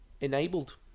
enabled